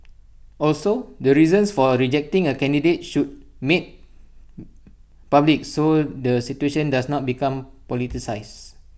also the reasons for rejecting A candidate should made public so the situation does not become politicised